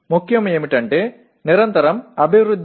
ముఖ్యం ఏమిటంటే నిరంతర అభివృద్ధి